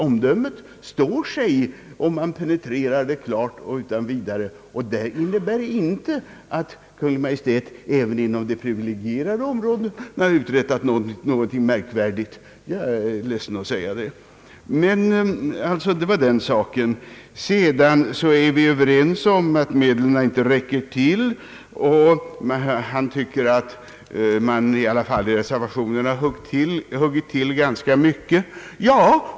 Omdömet står sig alltså om man penetrerar frågan, och det innebär inte att Kungl. Maj:t inom de privilegierade områdena har uträttat någonting alltför märkvärdigt. Jag är ledsen att behöva säga det. Vi är överens om att medlen inte räcker till, men herr Gustafsson tycker att man i alla fall i reservationen har huggit till ganska kraftigt.